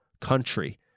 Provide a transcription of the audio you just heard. country